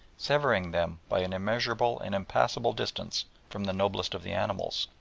severing them by an immeasurable and impassable distance from the noblest of the animals,